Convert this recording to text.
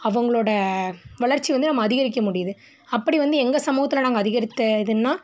அவங்களோட வளர்ச்சி வந்து நம்ம அதிகரிக்க முடியுது அப்படி வந்து எங்கள் சமூகத்தில் நாங்கள் அதிகரித்த இதுன்னால்